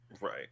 Right